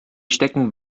stecken